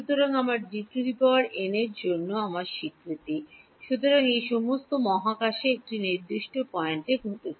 সুতরাং আমার Dn এটির জন্য আমার স্বীকৃতি সুতরাং এই সমস্ত মহাকাশে একটি নির্দিষ্ট পয়েন্টে ঘটছে